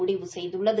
முடிவு செய்துள்ளது